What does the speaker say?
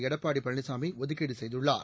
எடப்பாடி பழனிசாமி ஒதுக்கீடு செய்துள்ளார்